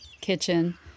kitchen